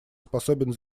способен